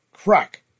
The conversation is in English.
crack